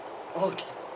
okay